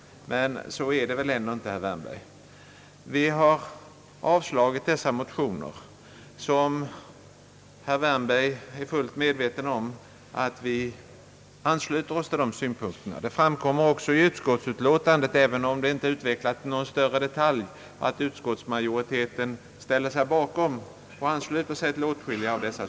Men så är det väl ändå inte, herr Wärnberg. Vi har avstyrkt dessa motioner. Herr Wärnberg är fullt medveten om att vi ansluter oss till och ställer oss bakom åtskilliga av synpunkterna i motionerna; det kommer också fram i utskottsutlåtandet även om det inte är utvecklat mera i detalj.